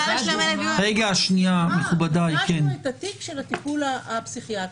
זה חיוני --- דרשנו את התיק של הטיפול הפסיכיאטרי.